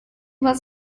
was